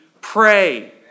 Pray